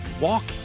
walk